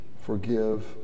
Forgive